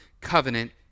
covenant